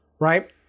right